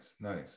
nice